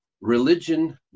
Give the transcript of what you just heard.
religion